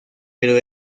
pero